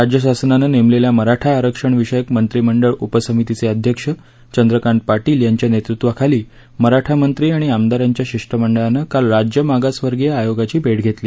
राज्यशासनानं नेमलेल्या मराठा आरक्षण विषयक मंत्रिमंडळ उपसमितीचे अध्यक्ष चंद्रकांत पाटील यांच्या नेतृत्वाखाली मराठा मंत्री आणि आमदारांच्या शिष्टमंडळानं काल राज्य मागासवर्ग आयोगाची भेट घेतली